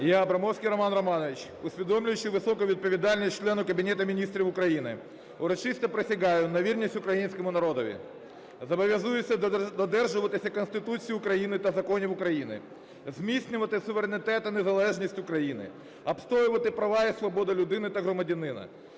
Я, Абрамовський Роман Романович, усвідомлюючи високу відповідальність члена Кабінету Міністрів України, урочисто присягаю на вірність Українському народові. Зобов'язуюсь додержуватися Конституції України та законів України, зміцнювати суверенітет та незалежність України, обстоювати права і свободи людини та громадянина,